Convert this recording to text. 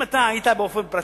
אם אתה היית באופן פרטי,